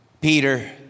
Peter